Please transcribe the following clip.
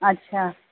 हा अच्छा